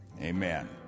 Amen